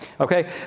Okay